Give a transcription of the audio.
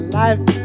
life